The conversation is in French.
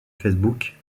facebook